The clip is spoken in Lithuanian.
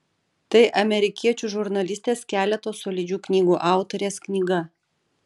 tai amerikiečių žurnalistės keleto solidžių knygų autorės knyga